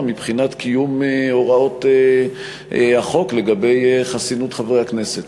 מבחינת קיום הוראות החוק לגבי חסינות חברי הכנסת.